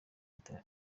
leta